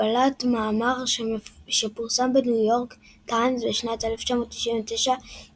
בלט מאמר שפורסם בניו יורק טיימס בשנת 1999 של